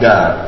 God